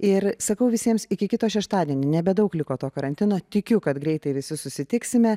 ir sakau visiems iki kito šeštadienio nebedaug liko to karantino tikiu kad greitai visi susitiksime